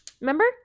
remember